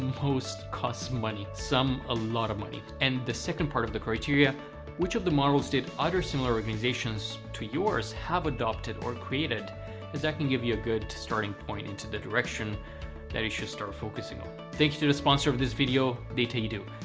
most costs money. some a lot of money. and the second part of the criteria which of the models did other similar organisations to yours have adopted or created as that can give you a good starting point into the direction that you should start focusing on. thank you to the sponsor of this video, dataedo.